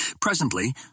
Presently